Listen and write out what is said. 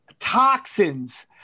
toxins